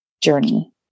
journey